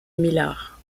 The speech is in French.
millar